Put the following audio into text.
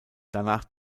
danach